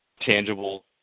tangible